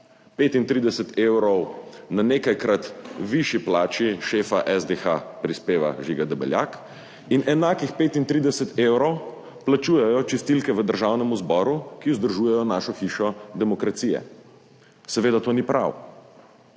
35 evrov na nekajkrat višji plači prispeva šef SDH Žiga Debeljak in enakih 35 evrov plačujejo čistilke v Državnem zboru, ki vzdržujejo našo hišo demokracije. Seveda to ni prav.